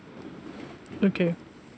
okay